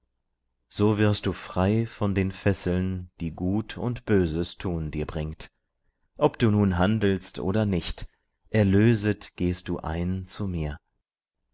so wirst frei du von den fesseln die gut und böses tun dir bringt ob du nun handelst oder nicht erlöset gehst du ein zu mir